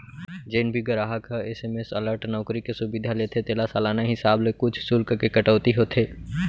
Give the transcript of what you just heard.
जेन भी गराहक ह एस.एम.एस अलर्ट नउकरी के सुबिधा लेथे तेला सालाना हिसाब ले कुछ सुल्क के कटौती होथे